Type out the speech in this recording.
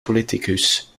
politicus